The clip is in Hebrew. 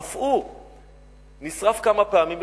אף הוא נשרף כמה פעמים,